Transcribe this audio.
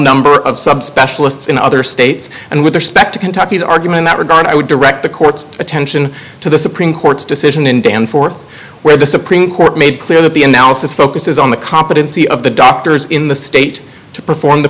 number of sub specialists in other states and with respect to kentucky's argument that regard i would direct the court's attention to the supreme court's decision in danforth where the supreme court made clear that the analysis focuses on the competency of the doctors in the state to perform the